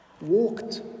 walked